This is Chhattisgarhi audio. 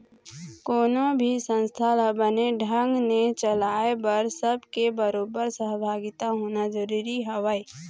कोनो भी संस्था ल बने ढंग ने चलाय बर सब के बरोबर सहभागिता होना जरुरी हवय